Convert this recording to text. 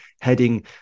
heading